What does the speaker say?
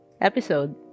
episode